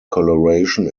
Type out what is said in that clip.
colouration